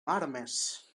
armes